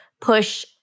push